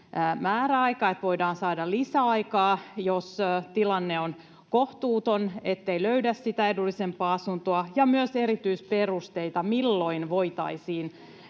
määräaika, että voidaan saada lisäaikaa, jos tilanne on kohtuuton, ettei löydä sitä edullisempaa asuntoa, ja myös erityisperusteita, milloin voitaisiin